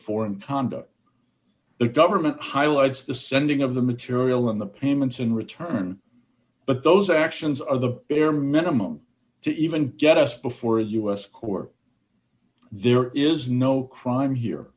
foreign conduct the government highlights the sending of the material in the payments in return but those actions are the bare minimum to even get us before the u s court there is no crime here